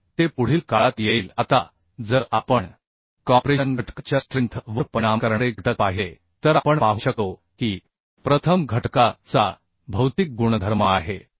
तर ते पुढील काळात येईल आता जर आपण कॉम्प्रेशन घटका च्या स्ट्रेंथ वर परिणाम करणारे घटक पाहिले तर आपण पाहू शकतो की प्रथम घटका चा भौतिक गुणधर्म आहे